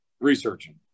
researching